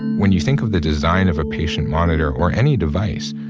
when you think of the design of a patient monitor or any device,